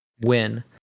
win